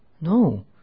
No